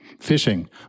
fishing